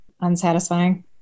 unsatisfying